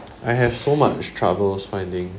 I have so much troubles finding